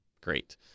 great